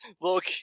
Look